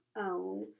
own